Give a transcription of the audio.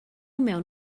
mewn